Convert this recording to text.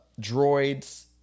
droids